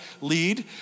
lead